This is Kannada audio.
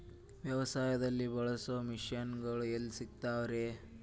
ವ್ಯವಸಾಯದಲ್ಲಿ ಬಳಸೋ ಮಿಷನ್ ಗಳು ಎಲ್ಲಿ ಸಿಗ್ತಾವ್ ರೇ?